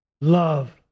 love